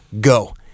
go